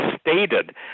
stated